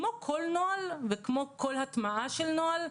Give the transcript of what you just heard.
כמו כל נוהל וכמו כל הטמעה של נוהל,